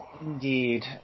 Indeed